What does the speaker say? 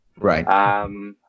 Right